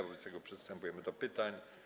Wobec tego przystępujemy do pytań.